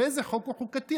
ואיזה חוק הוא חוקתי.